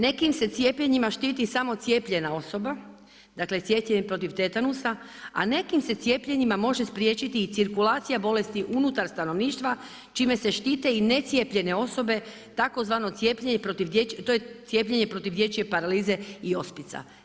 Nekim se cijepljenjima štiti samo cijepljena osoba, dakle cijepljenje protiv tetanusa a nekim se cijepljenima može spriječiti i cirkulacija bolesti unutar stanovništva čime se štite i necijepljene osobe tzv. cijepljenje protiv dječje, to je cijepljenje protiv dječje paralize i ospica.